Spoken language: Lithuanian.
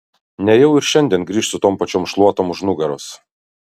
nejau ir šiandien grįš su tom pačiom šluotom už nugaros